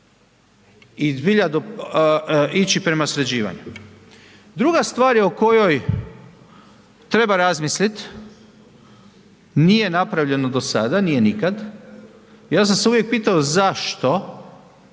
i zbilja ići prema sređivanju. Druga stvar je o kojoj treba razmislit, nije napravljeno do sada, nije nikad, ja sam se uvijek pitao zašto